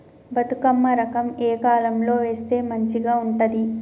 బతుకమ్మ రకం ఏ కాలం లో వేస్తే మంచిగా ఉంటది?